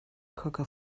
cooker